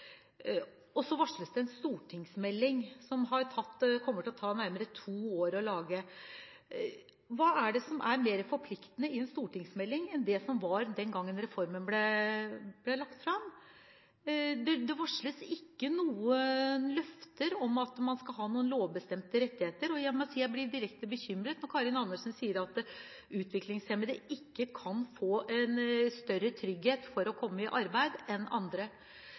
kraft. Så varsles det en stortingsmelding som det kommer til å ta nærmere to år å lage. Hva er det som er mer forpliktende i en ny stortingsmelding enn i HVPUreformen? Det varsles ikke noen løfter om å innføre noen lovbestemte rettigheter. Jeg må si jeg blir direkte bekymret når Karin Andersen sier at utviklingshemmede ikke bør få en større trygghet for å komme i arbeid enn andre.